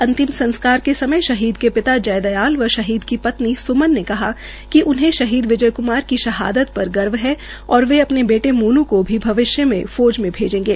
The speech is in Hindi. अंतिम संस्कार के समय शहीद के पिता जयदयाल व शहीद की पत्नी स्मन ने बताया कि उन्हे शहीद विजय क्मार की शहादत पर गर्व है तथा वे अपने बेटे मोनू को भी भविष्य में फौज में भैजेंगे